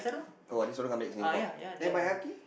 !wah! this one came back to Singapore then Baihaki